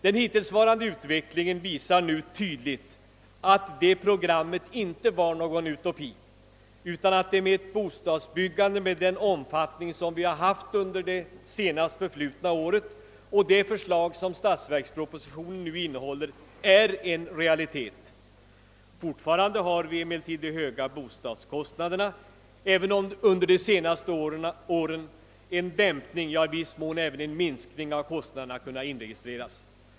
Den hittillsvarande utvecklingen visar tydligt att detta program icke var någon utopi, utan att det med ett bostadsbyggande av den omfattning som detta haft under det senast förflutna året och med det förslag som statsverkspropositionen nu innehåller är en realitet. Fortfarande har vi emellertid de höga bostadskostnaderna, även om under de senaste åren en dämpning, ja, i viss mån även en minskning av kostnaderna kunnat inregistreras.